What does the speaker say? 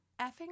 effing